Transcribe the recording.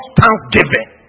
thanksgiving